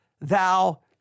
thou